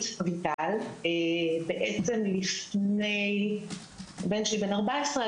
הבן שלי בן 14,